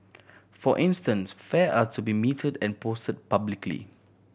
for instance fare are to be metered and posted publicly